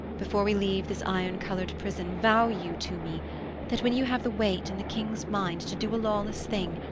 before we leave this iron-coloured prison, vow you to me that, when you have the weight in the king's mind to do a lawless thing,